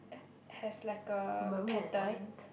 has like a pattern